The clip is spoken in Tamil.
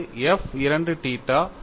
இது f 2 தீட்டா